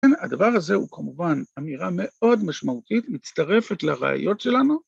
הדבר הזה הוא כמובן אמירה מאוד משמעותית, מצטרפת לראיות שלנו.